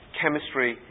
chemistry